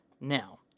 Now